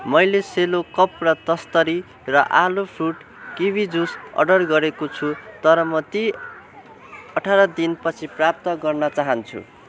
मैले Cello cup र तस्तरी र आलो फ्रुट किवी जुस अर्डर गरेको छु तर म ती अठार दिन पछि प्राप्त गर्न चाहन्छु